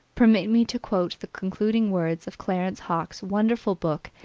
permit me to quote the concluding words of clarence hawkes' wonderful book,